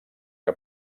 que